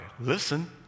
Listen